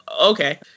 okay